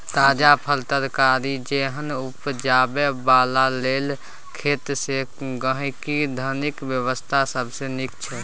ताजा फल, तरकारी जेहन उपजाबै बला लेल खेत सँ गहिंकी धरिक व्यवस्था सबसे नीक छै